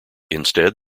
instead